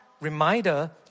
reminder